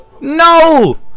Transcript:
no